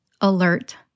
alert